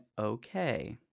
okay